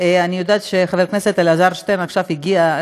אני יודעת שחבר הכנסת אלעזר שטרן עכשיו הגיע,